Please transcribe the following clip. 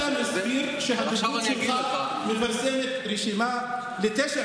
אבל איך אתה מסכים שהדוברות שלך תפרסם רשימה לתשעה